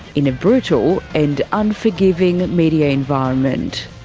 in a brutal and unforgiving media environment.